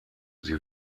sie